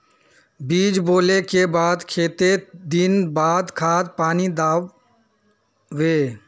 बीज बोले के बाद केते दिन बाद खाद पानी दाल वे?